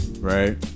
Right